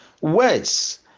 Words